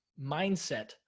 mindset